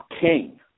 King